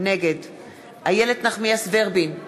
נגד איילת נחמיאס ורבין,